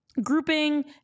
grouping